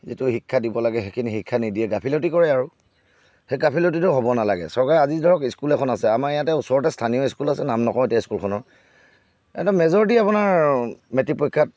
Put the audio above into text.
যিটো শিক্ষা দিব লাগে সেইখিনি শিক্ষা নিদিয়ে গাফিলতি কৰে আৰু সেই গাফিলতিটো হ'ব নালাগে চৰকাৰে আজি ধৰক স্কুল এখন আছে আমাৰ ইয়াতে ওচৰতে স্থানীয় স্কুল আছে নাম নকওঁ এতিয়া স্কুলখনৰ একদম মেজৰিটী আপোনাৰ মেট্ৰিক পৰীক্ষাত